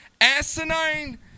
asinine